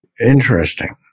Interesting